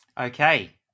Okay